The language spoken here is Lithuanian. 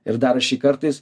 ir dar aš jį kartais